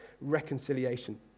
reconciliation